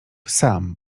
sam